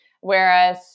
Whereas